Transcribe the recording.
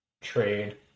trade